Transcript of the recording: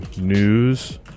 News